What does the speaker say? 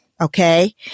Okay